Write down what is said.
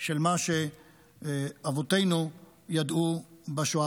של מה שאבותינו ידעו בשואה.